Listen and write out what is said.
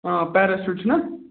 اۭں پٮ۪رَشوٗٹ چھُنَہ